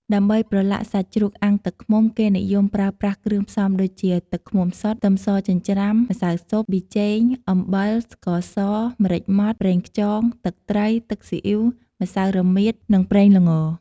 ដើម្បីប្រឡាក់សាច់ជ្រូកអាំងទឹកឃ្មុំ គេនិយមប្រើប្រាស់គ្រឿងផ្សំដូចជា ទឹកឃ្មុំសុទ្ធ ខ្ទឹមសចិញ្ច្រាំ ម្សៅស៊ុប ប៊ីចេង អំបិល ស្ករស ម្រេចម៉ដ្ឋ ប្រេងខ្យង ទឹកត្រី ទឹកស៊ីអ៉ីវ ម្សៅរមៀត និងប្រេងល្ង។